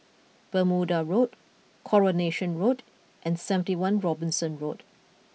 Bermuda Road Coronation Road and seventy one Robinson Road